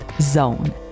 .zone